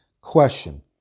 question